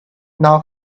now